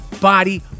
body